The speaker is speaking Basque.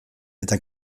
eta